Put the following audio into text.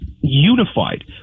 unified